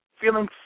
feeling